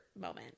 moment